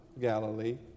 Galilee